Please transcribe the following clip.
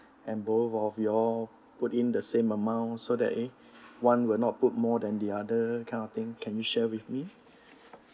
and both of you all put in the same amount so that eh one will not put more than the other kind of thing can you share with me